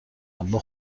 ام، با